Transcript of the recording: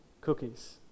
cookies